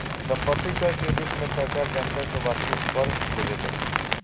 सम्पत्ति कर के रूप में सरकार जनता से वार्षिक कर लेवेले